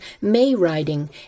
May-riding